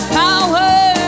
power